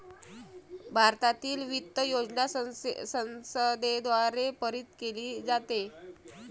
भारतातील वित्त योजना संसदेद्वारे पारित केली जाते